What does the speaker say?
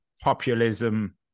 populism